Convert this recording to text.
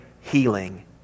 healing